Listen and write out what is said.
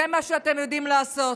זה מה שאתם יודעים לעשות.